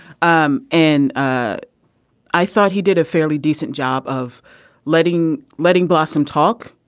um and. ah i thought he did a fairly decent job of letting letting blossom talk.